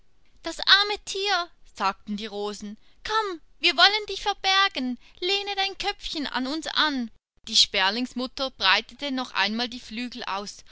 das arme tier sagten die rosen komm wir wollen dich verbergen lehne dein köpfchen an uns an die sperlingsmutter breitete noch einmal die flügel aus